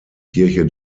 kirche